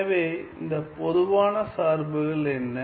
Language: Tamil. எனவே இந்த பொதுவான சார்புகள் என்ன